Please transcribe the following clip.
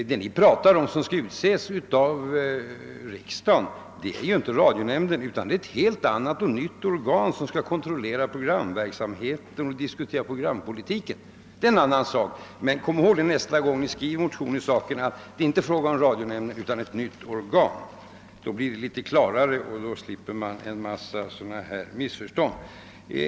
Det ni föreslår att riksdagen skall utse är inte radionämnden utan ett helt annat och nytt organ, som skall kontrollera programverksamheten och «diskutera programpolitiken. Det är en annan sak. Kom alltså ihåg nästa gång ni skriver motion i denna sak att det inte är fråga om radionämnden utan om ett nytt organ. Då blir det litet klarare och man slipper sådana här missförstånd.